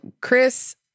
chris